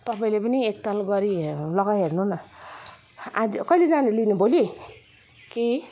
तपाईँले पनि एकताल गरिहेर लगाई हेर्नू न आज कहिले जानु लिनु भोलि कि